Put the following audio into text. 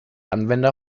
anwender